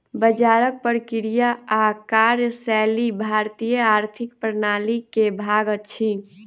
बजारक प्रक्रिया आ कार्यशैली भारतीय आर्थिक प्रणाली के भाग अछि